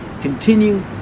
continue